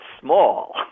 small